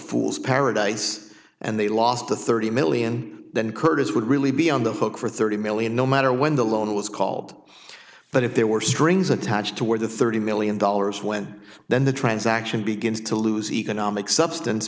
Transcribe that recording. fool's paradise and they lost the thirty million then curtis would really be on the hook for thirty million no matter when the loan was called but if there were strings attached to where the thirty million dollars went then the transaction begins to lose economic substance